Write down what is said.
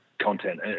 content